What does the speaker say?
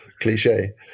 cliche